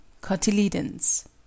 cotyledons